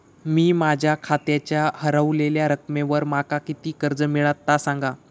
मी माझ्या खात्याच्या ऱ्हवलेल्या रकमेवर माका किती कर्ज मिळात ता सांगा?